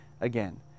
again